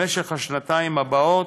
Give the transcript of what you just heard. במשך השנתיים הבאות,